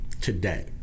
today